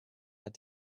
had